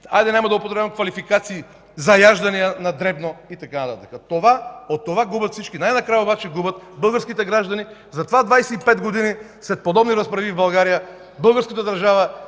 хайде, няма да употребявам квалификации – заяждания на дребно и така нататък. От това губят всички. Най-накрая обаче губят българските граждани. Затова 25 години след подобни разправии в България, българската държава